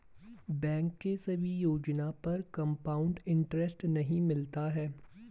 bank के सभी योजना पर कंपाउड इन्टरेस्ट नहीं मिलता है